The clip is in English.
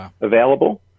available